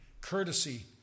courtesy